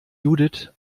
judith